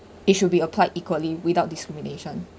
it should be applied equally without discrimination